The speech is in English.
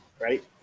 right